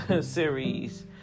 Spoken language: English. series